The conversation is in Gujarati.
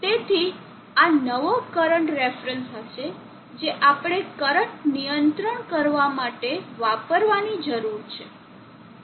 તેથી આ નવો કરંટ રેફરન્સ હશે જે આપણે કરંટ નિયંત્રણ કરવા માટે વાપરવાની જરૂર છે